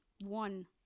One